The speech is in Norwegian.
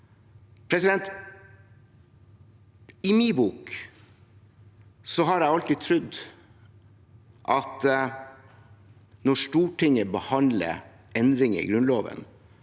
historien. I min bok har jeg alltid trodd at når Stortinget behandler endringer i Grunnloven,